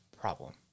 problem